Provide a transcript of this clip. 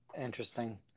Interesting